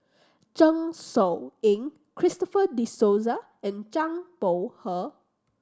Zeng Shouyin Christopher De Souza and Zhang Bohe